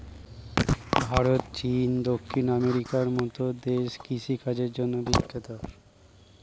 ভারত, চীন, দক্ষিণ আমেরিকার মতো দেশ কৃষি কাজের জন্যে বিখ্যাত